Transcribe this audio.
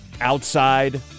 outside